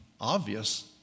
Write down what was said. obvious